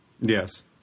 yes